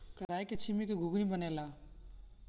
कराई के छीमी के घुघनी बनेला